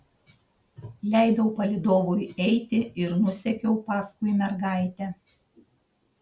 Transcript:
leidau palydovui eiti ir nusekiau paskui mergaitę